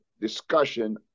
discussion